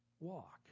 walk